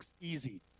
Easy